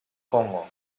congo